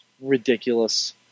ridiculous